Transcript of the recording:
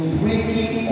breaking